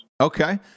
Okay